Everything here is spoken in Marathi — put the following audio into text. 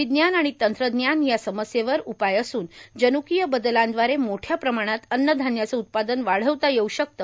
विज्ञान आणि तंत्रज्ञान या समस्येवर उपाय असून जन्कीय बदलांदवारे मोठ्या प्रमाणात अन्न धन्याचं उत्पादन वाढवता येऊ शकत